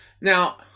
Now